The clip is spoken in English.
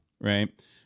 right